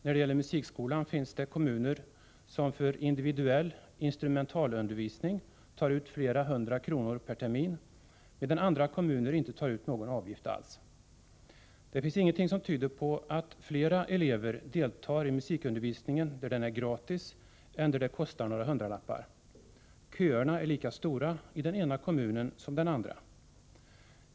När det gäller musikskolan finns det kommuner som för individuell instrumentalundervisning tar ut flera hundra kronor per termin medan andra kommuner inte tar ut någon avgift alls. Det finns ingenting som tyder på att flera elever deltar i musikundervisningen där den är gratis än där det kostar några hundralappar. Köerna är lika stora i den ena kommunen som i den andra.